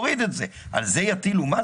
אז על זה להטיל מס?